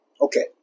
okay